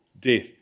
death